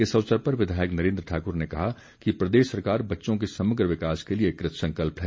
इस अवसर पर विधायक नरेन्द्र ठाक्र ने कहा कि प्रदेश सरकार बच्चों के समग्र विकास के लिए कृतसंकल्प है